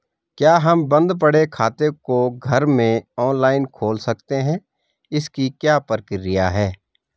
क्या हम बन्द पड़े खाते को घर में ऑनलाइन खोल सकते हैं इसकी क्या प्रक्रिया है?